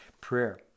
prayer